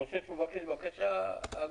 אני חושב שהוא מבקש בקשה הגונה.